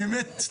האמת,